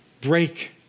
break